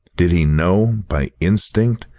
did he know, by instinct,